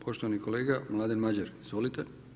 Poštovani kolega Mladen Madjer, izvolite.